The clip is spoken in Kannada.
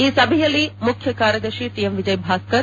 ಈ ಸಭೆಯಲ್ಲಿ ಮುಖ್ಯ ಕಾರ್ಯದರ್ತಿ ವಿಜಯಭಾಸ್ಕರ್